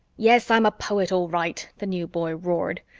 yes, i'm a poet, all right, the new boy roared.